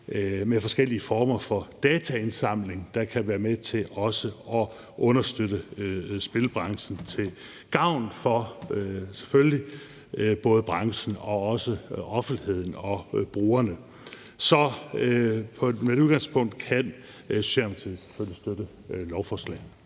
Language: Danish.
med forskellige former for dataindsamling, der kan være med til også at understøtte spilbranchen selvfølgelig til gavn for både branchen og også offentligheden og brugerne. Så med det udgangspunkt kan Socialdemokratiet